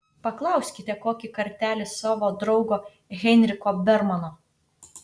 paklauskite kokį kartelį savo draugo heinricho bermano